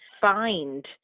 find